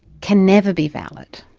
can never be valid.